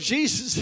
Jesus